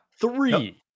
Three